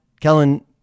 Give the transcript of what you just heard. Kellen